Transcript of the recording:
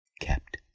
kept